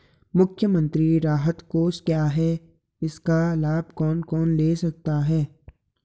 मुख्यमंत्री राहत कोष क्या है इसका लाभ कौन कौन ले सकता है?